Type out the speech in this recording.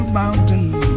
mountain